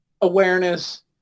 awareness